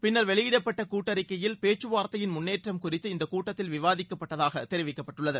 பின்னர் வெளியிடப்பட்ட கூட்டறிக்கையில் பேச்சுவார்த்தையின் முன்னேற்றம் குறித்து இந்த கூட்டத்தில் விவாதிக்கப்பட்டதாக தெரிவிக்கப்பட்டுள்ளது